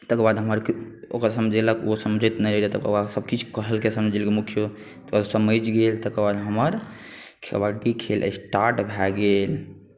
तकर बाद हमर ओकर समझेलक ओ समझैत नहि रहै तकर बाद सभकिछु कहलकै समझेलकै मुखियो तकर बाद समझि गेल तकर बाद हमर कबड्डी खेल स्टार्ट भए गेल